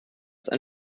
einen